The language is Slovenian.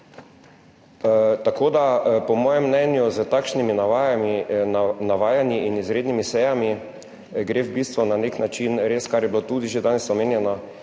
Tako da po mojem mnenju s takšnimi navajanji in izrednimi sejami gre v bistvu na nek način res, kar je bilo tudi že danes omenjeno,